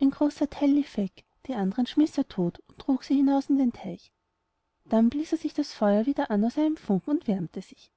ein großer theil lief weg die andern schmiß er todt und trug sie auch hinaus in den teich dann blies er sich das feuer wieder an aus einem funken und wärmte sich